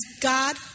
God